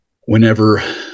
whenever